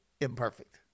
imperfect